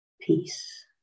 peace